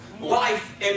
Life